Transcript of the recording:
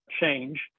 change